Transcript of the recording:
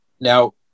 Now